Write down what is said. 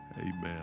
Amen